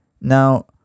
Now